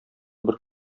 бер